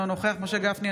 אינו נוכח משה גפני,